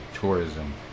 tourism